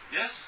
Yes